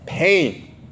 Pain